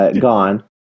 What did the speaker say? gone